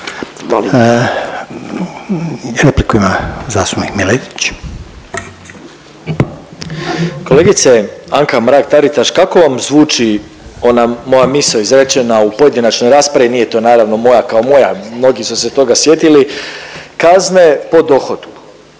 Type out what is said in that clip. **Miletić, Marin (MOST)** Kolegice Anka Mrak-Taritaš kako vam zvuči ona moja misao izrečena u pojedinačnoj raspravi, nije to naravno moja kao moja, mnogi su se toga sjetili, kazne po dohotku.